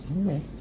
Okay